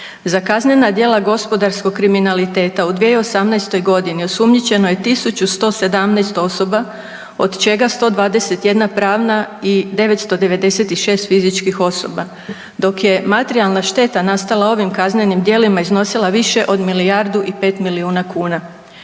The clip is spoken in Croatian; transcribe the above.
Za kaznena djela gospodarskog kriminaliteta u 2018. godini osumnjičeno je 1117 osoba od čega 121 pravna i 996 fizičkih osoba dok je materijalna šteta nastala ovim kaznenim djelima iznosila više od milijardu i 5 miliona kuna.